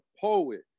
poet